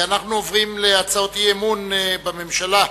אנחנו עוברים להצעות אי-אמון בממשלה,